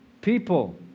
people